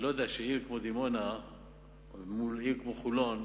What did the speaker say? אני לא יודע, עיר כמו דימונה מול עיר כמו חולון,